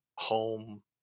home